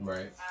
Right